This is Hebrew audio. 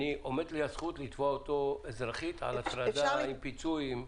עומדת לי הזכות לתבוע אותו אזרחית על הטרדה עם פיצוי.